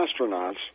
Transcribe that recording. astronauts